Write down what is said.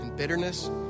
bitterness